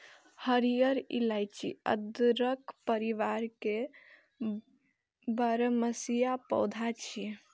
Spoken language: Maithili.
हरियर इलाइची अदरक परिवार के बरमसिया पौधा छियै